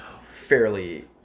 fairly